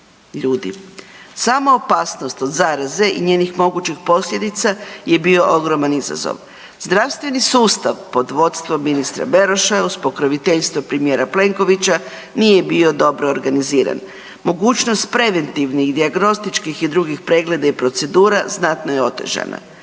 ljudi. Sama opasnost od zaraze i njenih mogućih posljedica je bio ogroman izazov. Zdravstveni sustav pod vodstvom ministra Beroša je uz pokroviteljstvo premijera Plenkovića nije bio dobro organiziran. Mogućnost preventivnih i dijagnostičkih i drugih pregleda i procedura znatno je otežana.